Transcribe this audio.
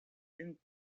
and